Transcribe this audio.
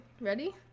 Ready